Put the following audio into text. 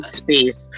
space